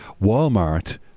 Walmart